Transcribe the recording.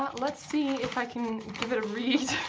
ah let's see if i can give it a read.